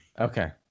Okay